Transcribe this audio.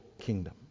kingdom